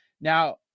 Now